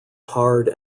hard